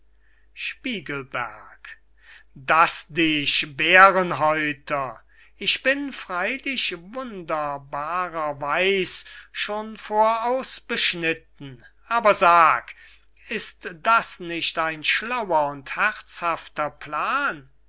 spiegelberg daß dich bärenhäuter ich bin freylich wunderbarerweis schon voraus beschnitten aber sag ist das nicht ein schlauer und herzhafter plan